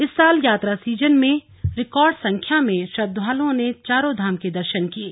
इस साल यात्रा सीजन में रिकॉर्ड संख्या में श्रद्वालुओं ने चारों धाम के दर्शन किये